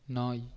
நாய்